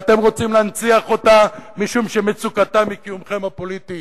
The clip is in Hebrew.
ואתם רוצים להנציח אותה משום שמצוקתם היא קיומכם הפוליטי.